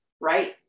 Right